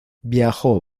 viajó